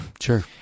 Sure